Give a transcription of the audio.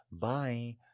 Bye